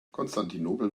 konstantinopel